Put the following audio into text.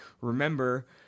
remember